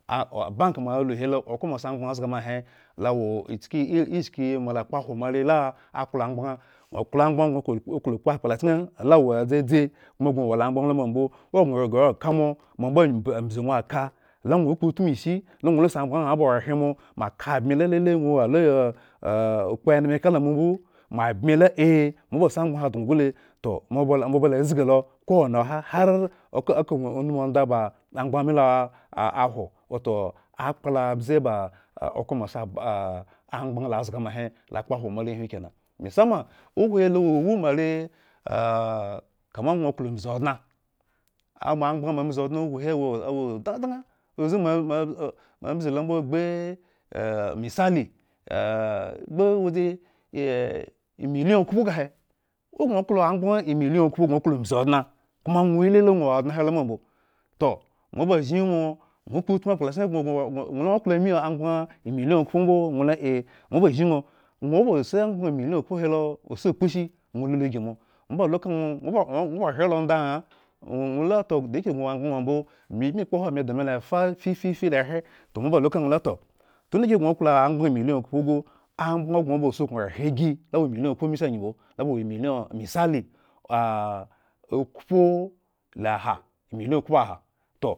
Ah o abanke mo alu helo okhro moasi amgbaŋ zga ma he, lo tke ishki mola kpo ahwo moare la klo amgbaŋ aklo amgbaŋgŋo klo oklookpo akpla chken ala wo dzadzi omba gŋo. wola amgbaŋ lo mambo. ogŋo ghere yaka momo mbo mb mbzi ŋwo aka wo ala ba la ohre mo mo aka mbe lelele, ŋwo. wo ala okpe eneme kala mombo moabila a mobasi amgbaŋ he adŋo gule toh moba la mobala zgi lo ko woni oha hare ake aka ba umumu ondaba amgbaŋ milo ah ahwo wato akpla abze ba okhro moasiban amgbaŋ la zga ma he la kpo ahwo moarehrwin kena gŋo klo mbzi odŋ al amgbaŋ mo abzi odŋa uhuhi wo awo da dŋa, obze momo-mo. lo mbo gbu eh misali gbu waje eh emiliyon khpo klo obzi obŋa, koma ŋwo lele ŋwo wo odŋa he lo ma mbo, toh. moba zhin ŋwo, ŋwo kpotmu akplacehken gŋo-gŋo-gŋo la gŋo bklo emi amgbaŋ emiloyon okhpo mbo? Ŋwo la a moba zhin ŋwo ŋwo ba isa amgbaŋ emiliyan okkhohelo osi okposhi ŋwo lolo ygi mo, moba lika ŋwo, ŋwo ba ohre lo onda ŋha? Ŋwo-ŋwo la da yakeh gŋo wo. aambgab ma mbo bi bmi kpo ehwo ame da me lafafifila ehre toh moba luka ŋwola toh tunda yake gŋo klo amgbaŋo emiiyon okhpo gu, amgbaŋ gŋo ba suknu ohregi lo a wo emiliyon okhpo misali okhpo la aha, eiliyon okhpoahatoh